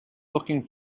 looking